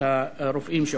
את הרופאים,